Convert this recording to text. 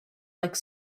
like